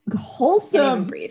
wholesome